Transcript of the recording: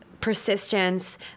persistence